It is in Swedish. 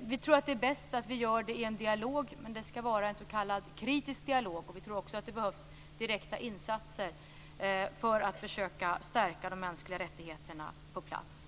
Vi tror att det är bäst att vi gör det i en dialog, men det skall vara en s.k. kritisk dialog, och vi tror också att det behövs direkta insatser för att försöka stärka de mänskliga rättigheterna på plats.